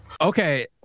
Okay